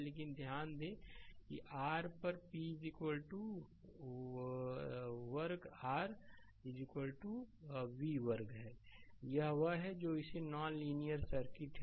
लेकिन ध्यान दें कि R पर p वर्ग R v वर्ग है यह वह है जो इसे नॉन लीनियर सर्किट है